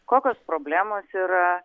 kokios problemos yra